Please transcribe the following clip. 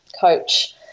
coach